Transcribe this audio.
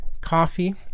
coffee